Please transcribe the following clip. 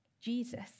Jesus